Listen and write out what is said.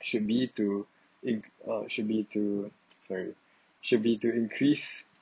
should be to in~ uh should be to sorry should be to increase